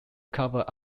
cover